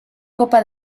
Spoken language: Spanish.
copa